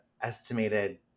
estimated